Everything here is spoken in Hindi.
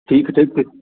ठीक है चल फिर